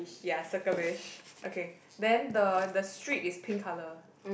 ya circlish okay then the the street is pink color